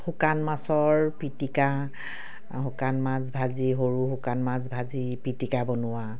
শুকান মাছৰ পিটিকা শুকান মাছ ভাজি সৰু শুকান মাছ ভাজি পিটিকা বনোৱা